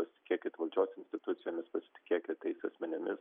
pasitikėkit valdžios institucijomis pasitikėkit tais asmenimis